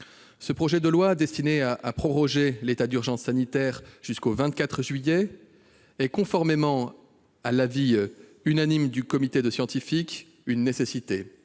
Ce projet de loi visant à proroger l'état d'urgence sanitaire jusqu'au 24 juillet prochain est, conformément à l'avis unanime du comité de scientifiques, une nécessité.